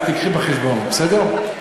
את תביאי בחשבון, בסדר?